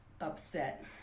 upset